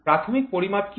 প্রাথমিক পরিমাপ কি